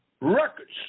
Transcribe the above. Records